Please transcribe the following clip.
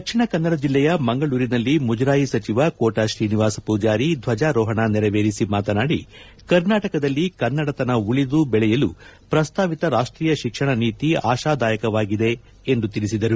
ದಕ್ಷಿಣ ಕನ್ನಡ ಜಿಲ್ಲೆಯ ಮಂಗಳೂರಿನಲ್ಲಿ ಮುಜಾರಾಯಿ ಸಚಿವ ಕೋಟ ಶ್ರೀನಿವಾಸ ಪೂಜಾರಿ ಧ್ವಜಾರೋಹಣ ನೆರವೇರಿಸಿ ಮಾತನಾಡಿ ಕರ್ನಾಟಕದಲ್ಲಿ ಕನ್ನಡತನ ಉಳಿದು ಬೆಳೆಯಲು ಪ್ರಸ್ತಾವಿತ ರಾಷ್ಷೀಯ ಶಿಕ್ಷಣ ನೀತಿ ಆಶಾದಾಯಕವಾಗಿದೆ ಎಂದು ತಿಳಿಸಿದರು